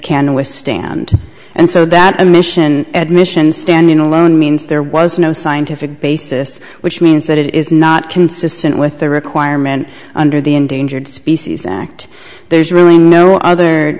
can withstand and so that admission admission standing alone means there was no scientific basis which means that it is not consistent with the requirement under the endangered species act there's really no other